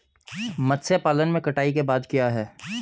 मत्स्य पालन में कटाई के बाद क्या है?